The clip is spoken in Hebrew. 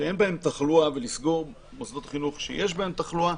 שאין בהם תחלואה ולסגור מוסדות חינוך שיש בהם תחלואה.